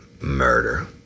murder